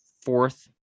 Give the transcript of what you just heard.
fourth